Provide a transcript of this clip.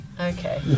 Okay